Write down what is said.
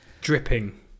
Dripping